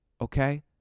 Okay